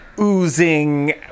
oozing